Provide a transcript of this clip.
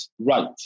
right